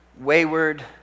wayward